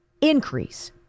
increase